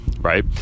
right